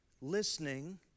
listening